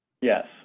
Yes